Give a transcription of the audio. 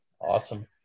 awesome